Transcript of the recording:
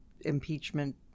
impeachment